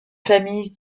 famille